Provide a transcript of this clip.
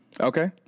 Okay